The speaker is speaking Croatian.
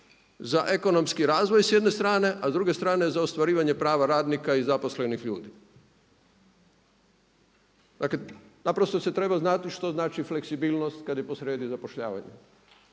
za ekonomski razvoj s jedne strane, a s druge strane za ostvarivanje prava radnika i zaposlenost ljudi. Dakle, naprosto se treba znati što znači fleksibilnost kada je posrijedi zapošljavanje,